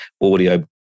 audio